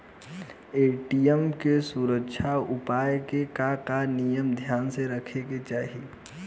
ATM के सुरक्षा उपाय के का का नियम ध्यान में रखे के चाहीं?